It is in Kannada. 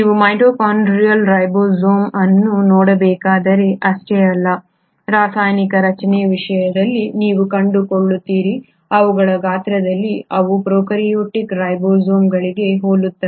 ನೀವು ಮೈಟೊಕಾಂಡ್ರಿಯಲ್ ರೈಬೋಸೋಮ್ ಅನ್ನು ನೋಡಬೇಕಾದರೆ ಅಷ್ಟೇ ಅಲ್ಲ ರಾಸಾಯನಿಕ ರಚನೆಯ ವಿಷಯದಲ್ಲಿ ನೀವು ಕಂಡುಕೊಳ್ಳು ತ್ತಿರಿ ಅವುಗಳ ಗಾತ್ರದಲ್ಲಿ ಅವು ಪ್ರೊಕಾರ್ಯೋಟಿಕ್ ರೈಬೋಸೋಮ್ಗಳಿಗೆ ಹೋಲುತ್ತವೆ